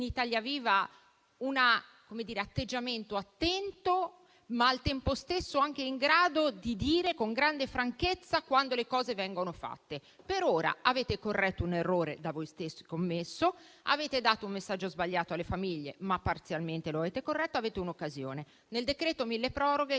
Italia Viva un atteggiamento attento, ma al tempo stesso anche in grado di dire con grande franchezza quando le cose vengono fatte. Per ora avete corretto un errore commesso da voi stessi; avete dato un messaggio sbagliato alle famiglie, ma lo avete parzialmente corretto, quindi avete un'occasione. Al decreto-legge mille proroghe